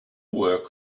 work